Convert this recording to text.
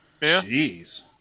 Jeez